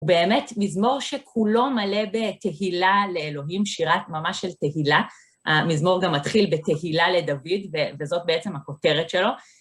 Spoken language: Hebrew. הוא באמת מזמור שכולו מלא בתהילה לאלוהים, שירת ממש של תהילה. המזמור גם מתחיל בתהילה לדוד, וזאת בעצם הכותרת שלו.